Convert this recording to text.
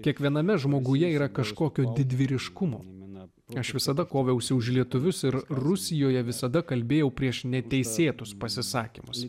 kiekviename žmoguje yra kažkokio didvyriškumo mina aš visada koviausi už lietuvius ir rusijoje visada kalbėjau prieš neteisėtus pasisakymus